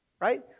right